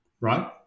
right